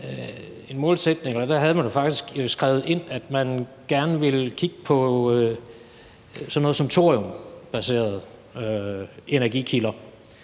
i den tidligere regering faktisk havde skrevet ind, at man gerne ville kigge på sådan noget som thoriumbaserede energikilder,